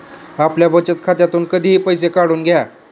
आपल्या बचत खात्यातून कधीही पैसे काढून घ्या